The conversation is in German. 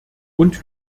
und